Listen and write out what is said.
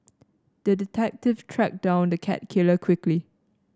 the detective tracked down the cat killer quickly